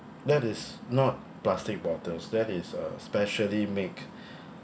that is not plastic bottles that is uh specially make